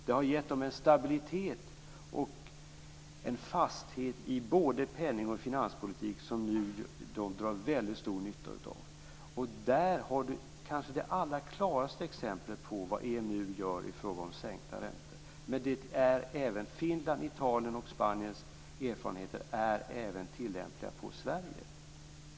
Den har givit dem en stabilitet och en fasthet i både penning och finanspolitik som de nu drar väldigt stor nytta av. Där har vi kanske det allra klaraste exemplet på vad EMU gör i fråga om sänkta räntor. Finlands, Italiens och Spaniens erfarenheter är även tillämpliga på Sverige.